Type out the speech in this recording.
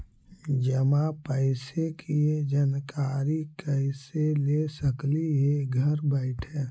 जमा पैसे के जानकारी कैसे ले सकली हे घर बैठे?